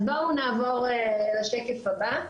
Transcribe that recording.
נעבור לשקף הבא.